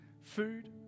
food